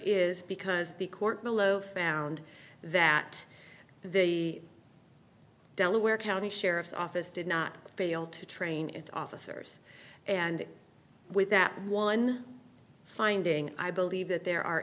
is because the court below found that the delaware county sheriff's office did not fail to train its officers and with that one finding i believe that there are